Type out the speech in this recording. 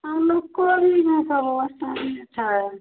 हमको भी यहाँ का व्यवस्था नहीं अच्छा है